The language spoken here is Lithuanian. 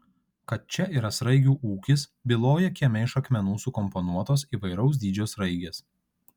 kad čia yra sraigių ūkis byloja kieme iš akmenų sukomponuotos įvairaus dydžio sraigės